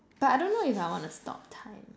but I don't know if I wanna stop time